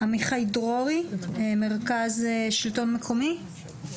החומש המדינה גומרת את החומש הקודם, זה המצב,